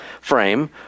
frame